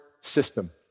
system